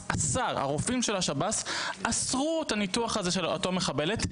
הרופאים של השב"ס אסרו את הניתוח הזה של אותה מחבלת,